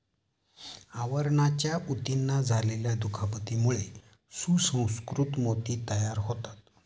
आवरणाच्या ऊतींना झालेल्या दुखापतीमुळे सुसंस्कृत मोती तयार होतात